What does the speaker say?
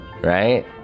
Right